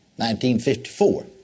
1954